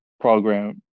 program